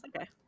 okay